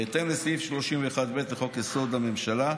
בהתאם לסעיף 31(ב) לחוק-יסוד: הממשלה,